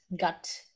gut